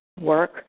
Work